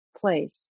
place